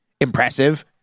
impressive